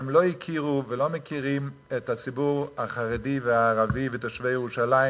הן לא הכירו ולא מכירות את הציבור החרדי והערבי ותושבי ירושלים